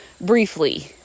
briefly